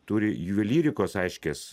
turi juvelyrikos aiškias